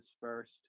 first